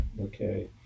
okay